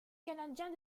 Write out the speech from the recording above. canadiens